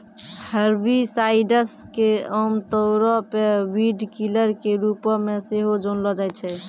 herbicides के आमतौरो पे वीडकिलर के रुपो मे सेहो जानलो जाय छै